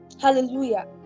Hallelujah